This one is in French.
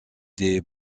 des